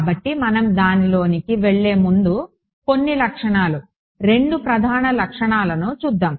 కాబట్టి మనం దానిలోకి వెళ్ళే ముందు కొన్ని లక్షణాలు 2 ప్రధాన లక్షణాలను చూద్దాం